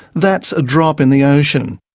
that's a drop in the ocean.